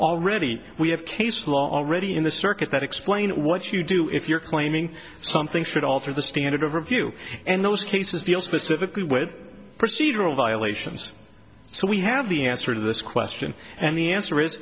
already we have case law already in the circuit that explain what you do if you're claiming something should alter the standard of review and those cases deal specifically with procedural violations so we have the answer to this question and the answer i